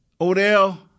Odell